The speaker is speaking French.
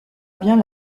bien